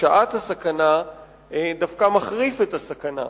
בשעת הסכנה, דווקא מחריף את הסכנה,